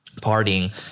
partying